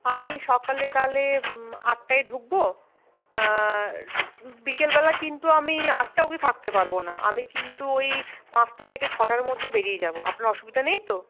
আমি সকালে তাহলে আটটায় ঢুকবো বিকেলবেলা কিন্তু আমি আটটা অবধি থাকতে পারবো না আমি কিন্তু ওই পাঁচটা থেকে ছটার মধ্যে বেরিয়ে যাব আপনার অসুবিধা নেই তো